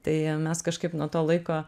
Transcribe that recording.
tai mes kažkaip nuo to laiko